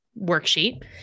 worksheet